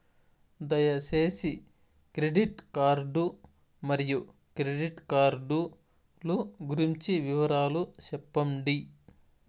దయసేసి credit card మరియు credit card లు గురించి వివరాలు సెప్పండి?